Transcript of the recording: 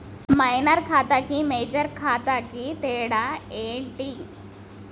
Minor ఖాతా కి major ఖాతా కి తేడా ఏంటి?